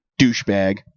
Douchebag